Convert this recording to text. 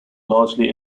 largely